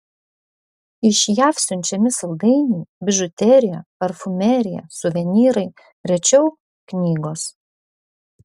iš jav siunčiami saldainiai bižuterija parfumerija suvenyrai rečiau knygos